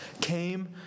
came